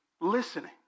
listening